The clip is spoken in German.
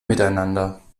miteinander